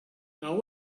now